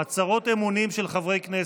הצהרות אמונים של חברי כנסת,